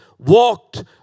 walked